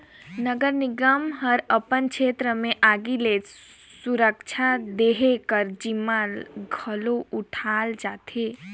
नगर निगम ह अपन छेत्र में आगी ले सुरक्छा देहे कर जिम्मा घलो उठाल जाथे